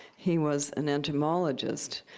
he was an entomologist.